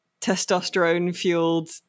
testosterone-fueled